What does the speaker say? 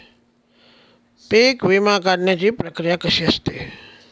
पीक विमा काढण्याची प्रक्रिया कशी असते?